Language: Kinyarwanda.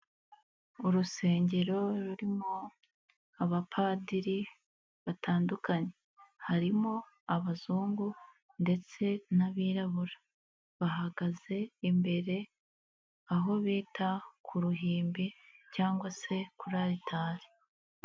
Urusengero rurimo abapadiri batandukanye, harimo abazungu ndetse n'abirabura, bahagaze imbere aho bita ku ruhimbi cyangwa se kuri Aritari.